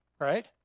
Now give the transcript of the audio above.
right